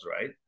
right